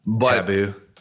Taboo